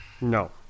No